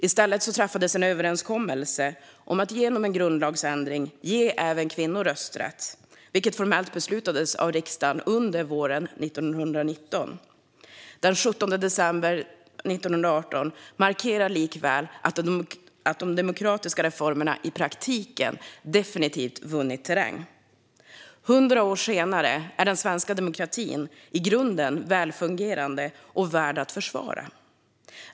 I stället träffades en överenskommelse om att man genom en grundlagsändring skulle ge även kvinnor rösträtt, vilket formellt beslutades av riksdagen under våren 1919. Den 17 december 1918 markerar likväl att de demokratiska reformerna i praktiken definitivt vunnit terräng. 100 år senare är den svenska demokratin i grunden välfungerande och värd att försvara.